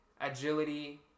agility